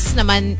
naman